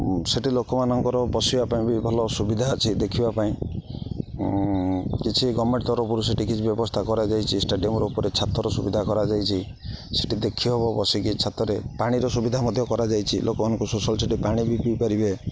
ସେଠି ଲୋକମାନଙ୍କର ବସିବା ପାଇଁ ବି ଭଲ ସୁବିଧା ଅଛି ଦେଖିବା ପାଇଁ କିଛି ଗମେଣ୍ଟ ତରଫରୁ ସେଠି କିଛି ବ୍ୟବସ୍ଥା କରାଯାଇଛି ଷ୍ଟାଡ଼ିୟମର ଉପରେ ଛାତର ସୁବିଧା କରାଯାଇଛି ସେଠି ଦେଖି ହବ ବସିକି ଛାତରେ ପାଣିର ସୁବିଧା ମଧ୍ୟ କରାଯାଇଛି ଲୋକମାନଙ୍କୁ ଶୋଷ ହେଲେ ସେଠି ପାଣି ବି ପିଇପାରିବେ